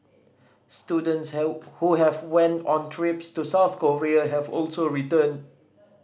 students who went on trips to South Korea have also returned